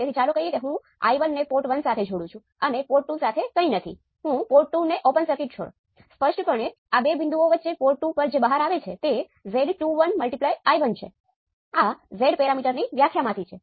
પહેલું પગલું એ છે કે હું ઓપ એમ્પ છે